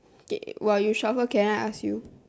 okay while you shuffle can I ask you